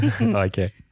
Okay